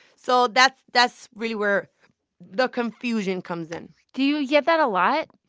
so that's that's really where the confusion comes in do get that a lot?